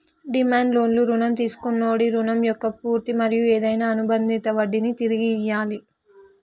demand లోన్లు రుణం తీసుకొన్నోడి రుణం మొక్క పూర్తి మరియు ఏదైనా అనుబందిత వడ్డినీ తిరిగి ఇయ్యాలి